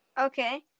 Okay